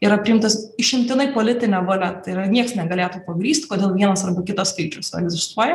yra priimtas išimtinai politine valia tai yra nieks negalėtų pagrįst kodėl vienas arba kitas skaičius egzistuoja